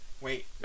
Wait